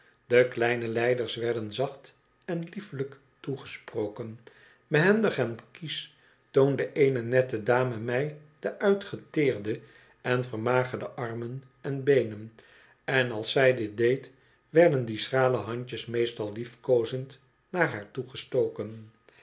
de kleine lijders werden zacht en liefelijk toegesproken behendig en kiesch toonde eene nette dame mij de uitgeteerde en vermagerde armen en beenen en als zij dit deed werden die schrale handjes meestal liefkoozend naar haar toegestoken